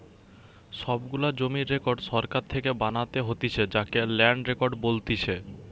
সব গুলা জমির রেকর্ড সরকার থেকে বানাতে হতিছে যাকে ল্যান্ড রেকর্ড বলতিছে